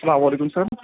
سلام علیکم سر